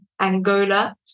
Angola